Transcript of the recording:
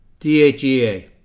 DHEA